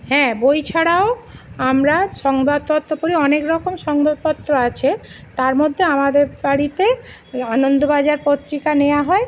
হ্যাঁ বই ছাড়াও আমরা সংবাদপত্র পড়ে অনেক রকম সংবাদপত্র আছে তার মধ্যে আমাদের বাড়িতে আনন্দবাজার পত্রিকা নেওয়া হয়